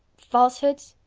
falsehoods?